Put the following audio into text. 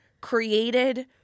created